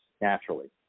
naturally